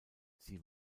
sie